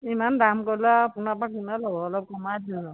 ইমান দাম ক'লে আৰু আপোনাৰ পৰা কোনে ল'ব অলপ কমাই ধৰিব